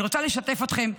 אני רוצה לשתף אתכם.